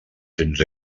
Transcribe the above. cents